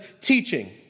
teaching